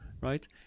right